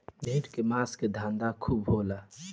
भेड़ के मांस के धंधा खूब होला